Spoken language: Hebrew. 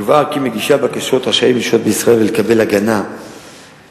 יובהר כי מגישי הבקשות רשאים לשהות בישראל ולקבל הגנה וזכויות